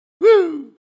Woo